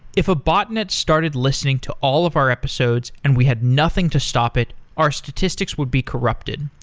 if a botnet started listening to all of our episodes and we had nothing to stop it, our statistics would be corrupted.